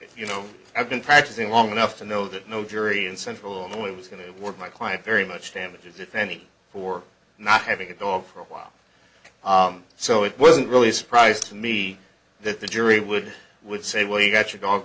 you know i've been practicing long enough to know that no jury in central illinois was going to work my client very much damages if any for not having a dog for a while so it wasn't really a surprise to me that the jury would would say well you got your dog